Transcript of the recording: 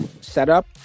setup